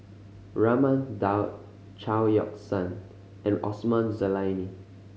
Raman Daud Chao Yoke San and Osman Zailani